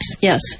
Yes